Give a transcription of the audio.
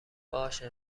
باشه